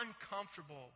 uncomfortable